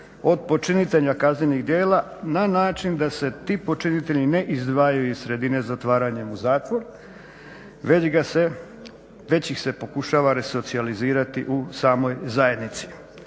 od počinitelja kaznenih djela na način da se ti počinitelji ne izdvajaju iz sredine zatvaranjem u zatvor već ih se pokušava resocijalizirati u samoj zajednici.